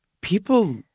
people